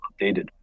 updated